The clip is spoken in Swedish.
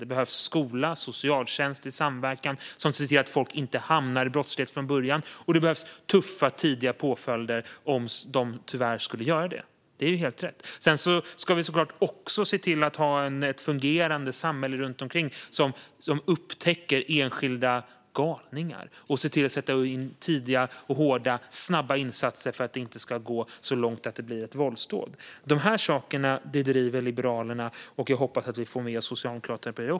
Det behövs en skola och socialtjänst i samverkan för att folk inte ska hamna i brottslighet från början, och det behövs tuffa, tidiga påföljder om de tyvärr skulle göra det. Det är ju helt rätt. Sedan ska vi såklart också se till att ha ett fungerande samhälle runt omkring som upptäcker enskilda galningar och ser till att sätta in tidiga, hårda och snabba insatser för att det inte ska gå så långt att det blir ett våldsdåd. De här sakerna driver vi i Liberalerna, och jag hoppas att vi får med oss Socialdemokraterna.